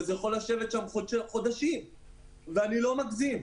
זה יכול לשבת שם חודשים ואני לא מגזים.